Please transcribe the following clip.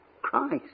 Christ